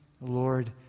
Lord